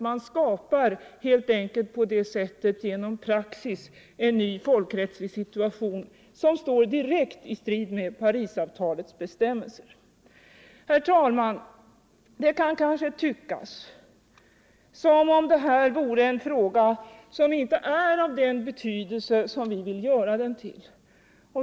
Man skapar helt enkelt på det sättet genom praxis en ny folkrättslig situation, som står direkt i strid med Parisavtalets bestämmelser. Herr talman! Det kan kanske tyckas som om detta vore en fråga som inte har den betydelse som vi vill ge den.